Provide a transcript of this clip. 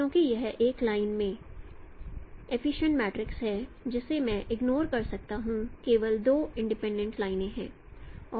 चूंकि यह एक लाइन में एफिशिएंट मैट्रिक्स है जिसे मैं इग्नोर कर सकता हूं केवल दो इंडिपेंडेंट लाइने हैं